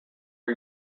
her